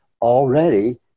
already